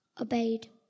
obeyed